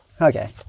Okay